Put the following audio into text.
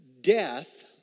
death